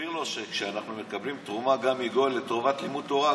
תסביר לו שכשאנחנו מקבלים תרומה גם מגוי לטובת לימוד תורה,